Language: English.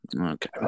Okay